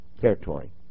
territory